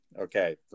Okay